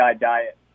diet